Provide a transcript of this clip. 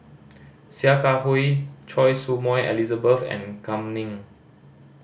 Sia Kah Hui Choy Su Moi Elizabeth and Kam Ning